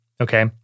Okay